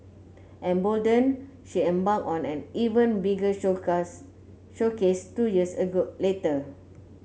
emboldened she embarked on an even bigger showcase two years later